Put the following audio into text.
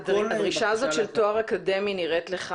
נראה לך